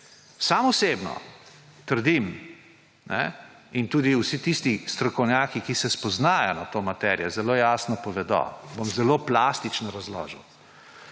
Sam osebno trdim in tudi vsi tisti strokovnjaki, ki se spoznajo na to materijo, zelo jasno povedo; bom zelo plastično razložil.